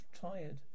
tired